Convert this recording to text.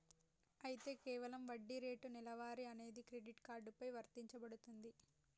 అయితే కేవలం వడ్డీ రేటు నెలవారీ అనేది క్రెడిట్ కార్డు పై వర్తించబడుతుంది